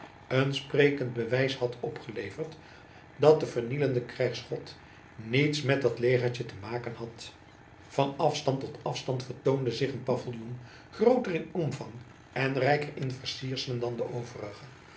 een sprekend bewijs had opgeleverd dat de vernielende krijgsgod niets met dat legertje te maken had van afstand tot afstand vertoonde zich een paviljoen grooter in omvang en rijker in versierselen dan de overige